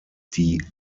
die